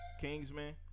Kingsman